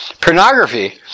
Pornography